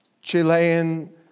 Chilean